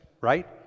Right